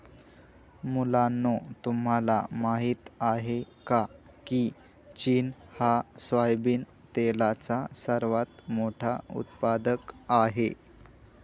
मुलांनो तुम्हाला माहित आहे का, की चीन हा सोयाबिन तेलाचा सर्वात मोठा उत्पादक आहे